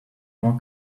more